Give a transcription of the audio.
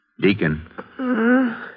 Deacon